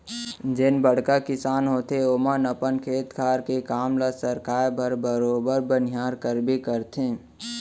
जेन बड़का किसान होथे ओमन अपन खेत खार के काम ल सरकाय बर बरोबर बनिहार करबे करथे